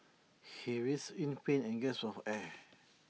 he writhed in pain and gasped for air